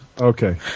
Okay